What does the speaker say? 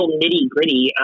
nitty-gritty